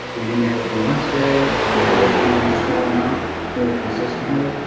you can even have it do once a day. i mean, i would recommend the small amount more consistently,